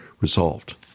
resolved